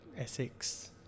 Essex